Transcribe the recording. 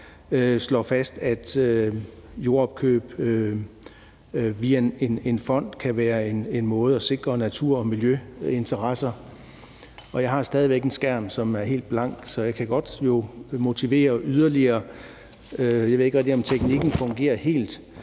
slår fast, at jordopkøb via en fond kan være en måde at sikre natur- og miljøinteresser på. Jeg har stadig væk en skærm her, som er helt blank, så jeg kan jo godt motivere yderligere – jeg ved ikke rigtig, om teknikken fungerer helt.